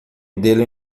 dele